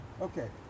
Okay